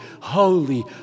holy